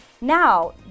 Now